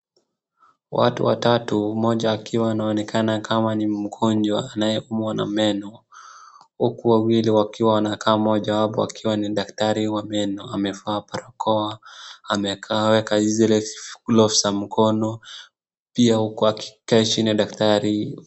Watu watatu mmoja akiwa anaonekana kama ni mgonjwa anayeumwa na meno huku wawili wakiwa wanakaa, moja wapo akiwa ni daktari wa meno, amevaa barakoa ameweka hizi gloves za mkono, pia huku akikaa chini daktari.